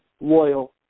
loyal